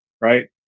right